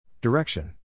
Direction